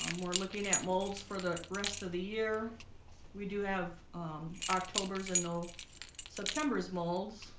we're looking at molds for the rest of the year we do have um octobers and no september's molds,